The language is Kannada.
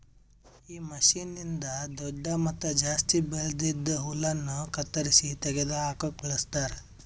ಈ ಮಷೀನ್ನ್ನಿಂದ್ ದೊಡ್ಡು ಮತ್ತ ಜಾಸ್ತಿ ಬೆಳ್ದಿದ್ ಹುಲ್ಲನ್ನು ಕತ್ತರಿಸಿ ತೆಗೆದ ಹಾಕುಕ್ ಬಳಸ್ತಾರ್